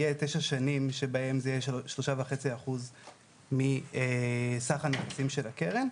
יהיו תשע שנים שבהן זה יהיה שלושה וחצי אחוז מסך הנכסים של הקרן,